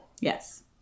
Yes